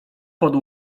pod